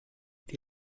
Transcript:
the